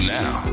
now